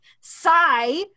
sigh